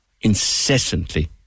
Incessantly